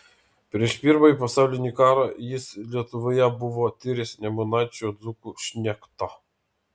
prieš pirmąjį pasaulinį karą jis lietuvoje buvo tyręs nemunaičio dzūkų šnektą